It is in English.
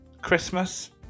Christmas